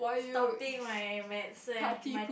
stopping my medicine my